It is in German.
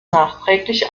nachträglich